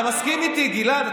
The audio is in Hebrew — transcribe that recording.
אתה מסכים איתי, גלעד?